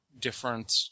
different